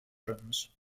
rooms